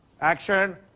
Action